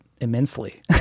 immensely